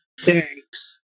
Thanks